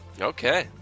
Okay